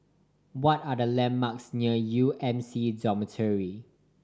what are the landmarks near U M C Dormitory